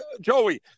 Joey